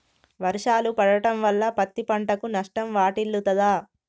వర్షాలు పడటం వల్ల పత్తి పంటకు నష్టం వాటిల్లుతదా?